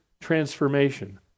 transformation